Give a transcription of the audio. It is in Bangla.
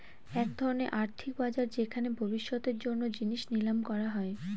এক ধরনের আর্থিক বাজার যেখানে ভবিষ্যতের জন্য জিনিস নিলাম করা হয়